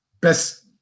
best